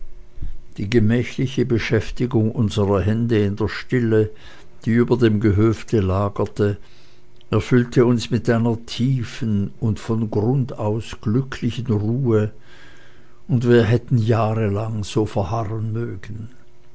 die gemächliche beschäftigung unserer hände in der stille die über dem gehöfte lagerte erfüllte uns mit einer tiefen und von grund aus glücklichen ruhe und wir hätten jahrelang so verharren mögen